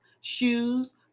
shoes